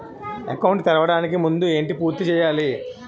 Account తెరవడానికి ముందు ఏంటి పూర్తి చేయాలి?